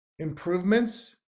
improvements